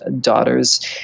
daughters